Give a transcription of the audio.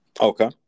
Okay